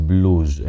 Blues